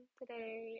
today